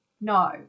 No